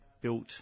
built